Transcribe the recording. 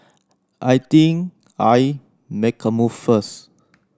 I think I make a move first